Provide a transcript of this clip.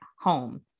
home